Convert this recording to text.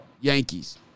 Yankees